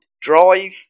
Drive